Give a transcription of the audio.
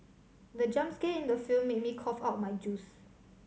the jump scare in the film made me cough out my juice